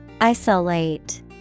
Isolate